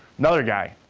another guy.